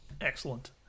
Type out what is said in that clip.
excellent